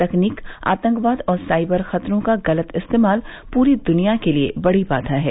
तकनीक आतंकवाद और साइबर खतरों का गलत इस्तेमाल पूरी दुनिया के लिये बड़ी बाधा है